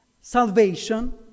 salvation